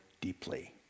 deeply